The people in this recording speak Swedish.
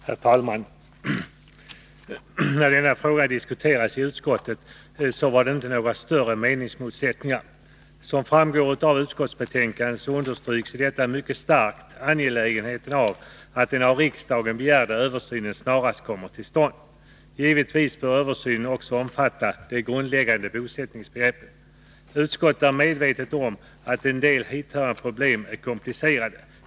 Herr talman! När denna fråga diskuterades i utskottet var det inte några större meningsmotsättningar. Som framgår av utskottsbetänkandet understryks i detta mycket starkt angelägenheten av att den av riksdagen begärda översynen snarast kommer till stånd. Givetvis bör översynen också omfatta de grundläggande bosättningsbegreppen. Utskottet är medvetet om att en del hithörande problem är komplicerade.